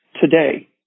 today